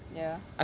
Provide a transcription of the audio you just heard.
ya